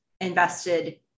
invested